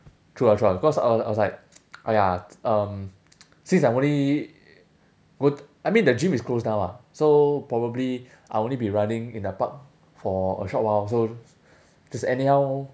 true lah true lah because I was I was like !aiya! um since I'm only go~ I mean the gym is closed now ah so probably I'll only be running in the park for a short while so just anyhow